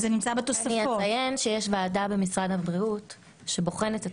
אני אציין שיש ועדה במשרד הבריאות שבוחנת את